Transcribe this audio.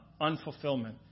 unfulfillment